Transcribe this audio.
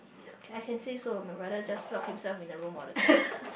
I can say so my brother just lock himself in the room all the time